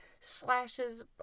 slashes